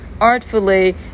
artfully